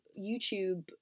YouTube